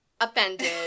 offended